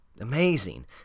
Amazing